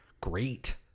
great